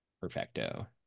Perfecto